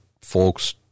folks